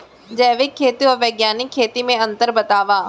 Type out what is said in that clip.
जैविक खेती अऊ बैग्यानिक खेती म अंतर बतावा?